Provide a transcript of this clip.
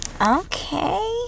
Okay